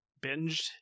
binged